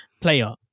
player